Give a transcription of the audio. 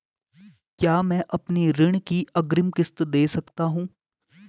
क्या मैं अपनी ऋण की अग्रिम किश्त दें सकता हूँ?